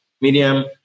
Medium